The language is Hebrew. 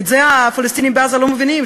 את זה הפלסטינים בעזה לא מבינים,